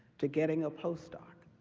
to getting a postdoc,